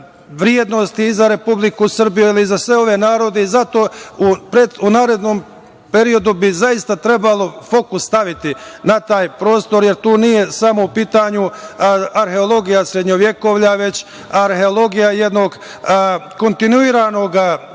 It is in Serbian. i za Republiku Srbiju, ali i za sve ove narode i zato u narednom periodu bi zaista trebalo fokus staviti na taj prostor. Tu nije samo u pitanju arheologija srednjovekovna, već arheologija jednog kontinuiranog